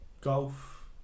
golf